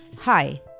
Hi